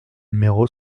numéro